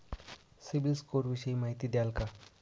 CIBIL score विषयी माहिती द्याल का?